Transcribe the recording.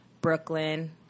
Brooklyn